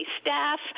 staff